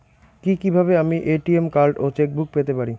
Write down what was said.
কি কিভাবে আমি এ.টি.এম কার্ড ও চেক বুক পেতে পারি?